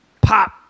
pop